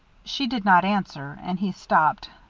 she did not answer, and he stopped.